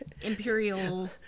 Imperial